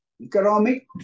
economic